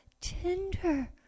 tender